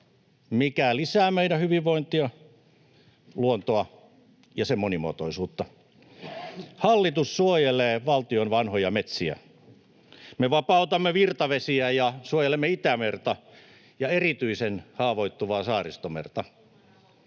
mikä lisää meidän hyvinvointiamme: luontoa ja sen monimuotoisuutta. Hallitus suojelee valtion vanhoja metsiä. Me vapautamme virtavesiä ja suojelemme Itämerta ja erityisen haavoittuvaa Saaristomerta.